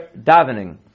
davening